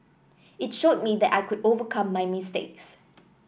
it showed me that I could overcome my mistakes